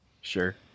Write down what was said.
Sure